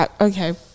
Okay